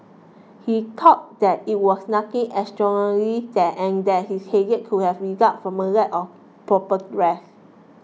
he thought that it was nothing extraordinary that and that his headache could have result from a lack of proper rest